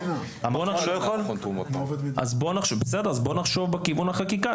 אז בוא נחשוב בכיוון החקיקה,